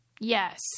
Yes